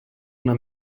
una